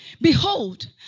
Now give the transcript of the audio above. Behold